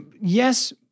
yes